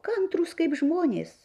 kantrūs kaip žmonės